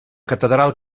catedral